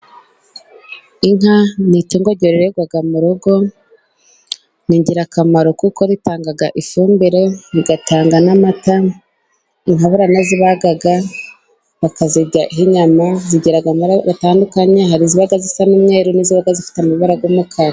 Inka ni itungo ryororerwa mu rugo ni ingirakamaro kuko ritanga ifumbire, rigatanga n'amata inka baranazibaga bakazirya ho inyama, zigira amabara atandukanye hari iziba zisa n'umweru n'iziba zifite amabara y'umukara.